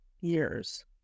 years